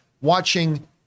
watching